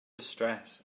distress